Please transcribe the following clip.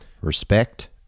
respect